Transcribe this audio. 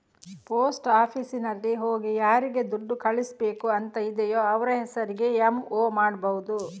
post ಆಫೀಸಿನಲ್ಲಿ ಹೋಗಿ ಯಾರಿಗೆ ದುಡ್ಡು ಕಳಿಸ್ಬೇಕು ಅಂತ ಇದೆಯೋ ಅವ್ರ ಹೆಸರಿಗೆ ಎಂ.ಒ ಮಾಡ್ಬಹುದು